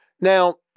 Now